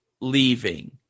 leaving